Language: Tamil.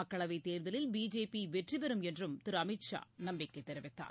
மக்களவைத் தேர்தலில் பிஜேபிவெற்றிபெறும் என்றும் திருஅமித் ஷா நம்பிக்கைதெரிவித்தார்